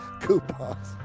coupons